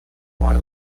wild